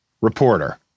reporter